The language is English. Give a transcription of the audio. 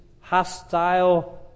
hostile